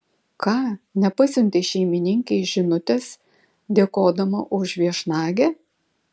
ką nepasiuntei šeimininkei žinutės dėkodama už viešnagę